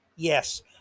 Yes